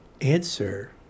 answer